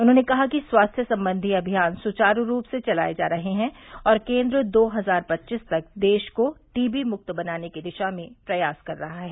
उन्होंने कहा कि स्वास्थ्य संबंधी अभियान सुवारू रूप से चलाये जा रहे हैं और केन्द्र दो हजार पच्चीस तक देश को टीवी मुक्त बनाने की दिशा में प्रयास कर रहा है